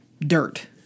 dirt